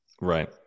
Right